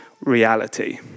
reality